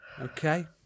Okay